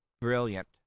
brilliant